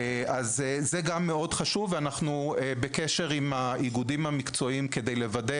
אנחנו בקשר עם האיגודים המקצועיים כדי לוודא